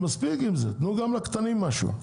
מספיק עם זה, תנו גם לקטנים משהו.